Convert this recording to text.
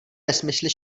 nesmysly